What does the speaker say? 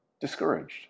discouraged